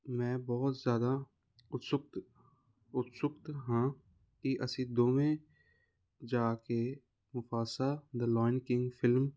ਮੈਂ ਬਹੁਤ ਜ਼ਿਆਦਾ ਉਤਸੁਕਤ ਉਤਸੁਕਤ ਹਾਂ ਕਿ ਅਸੀਂ ਦੋਵੇਂ ਜਾ ਕੇ ਮੁਫਾਸਾ ਦਾ ਲਾਇਨ ਕਿੰਗ ਫਿਲਮ